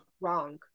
wrong